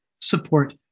support